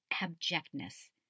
abjectness